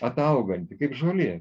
atauganti kaip žolė